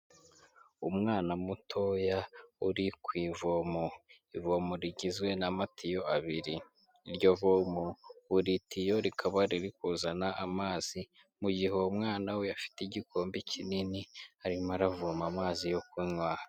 Umwana mutoya uri ku ivomo, ivomo rigizwe n'amatiyo abiri, iryo vomo buri tiyo rikaba riri kuzana amazi, mu gihe uwo umwana we afite igikombe kinini arimo aravoma amazi yo kunywa.